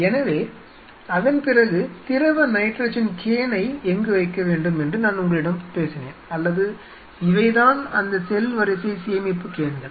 எனவே அதன் பிறகு திரவ நைட்ரஜன் கேனை எங்கு வைக்க வேண்டும் என்று நான் உங்களிடம் பேசினேன் அல்லது இவைதான் அந்த செல் வரிசை சேமிப்பு கேன்கள்